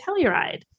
Telluride